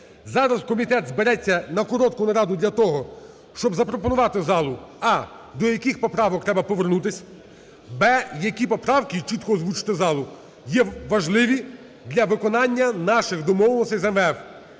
зараз комітет збереться на коротку нараду для того, щоб запропонувати залу: а) до яких поправок треба повернутися; б) які поправки і чітко озвучити залу, є важливі для виконання наших домовленостей з МВФ.